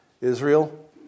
Israel